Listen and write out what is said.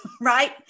Right